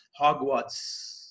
Hogwarts